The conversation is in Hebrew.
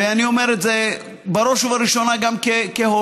ואני אומר את זה בראש ובראשונה גם כהורה,